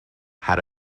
had